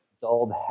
dulled